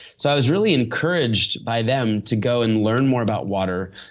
so, i was really encouraged by them to go and learn more about water,